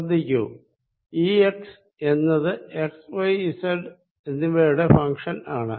ശ്രദ്ധിക്കൂ E X എന്നത് X Y Z എന്നിവയുടെ ഫങ്ഷൻ ആണ്